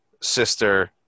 sister